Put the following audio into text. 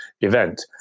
event